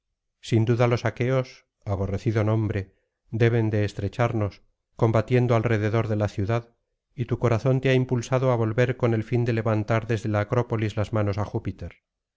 sin duda los aqueos aborrecido nombre deben de estrecharos combatiendo alrededor de la ciudad y tu corazón te ha impulsado á volver con el fin de levantar desde la acrópolis las manos á júpiter